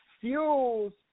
fuels